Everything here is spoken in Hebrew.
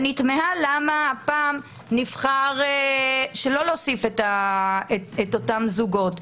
אני תמהה למה הפעם נבחר שלא להוסיף את אותם זוגות.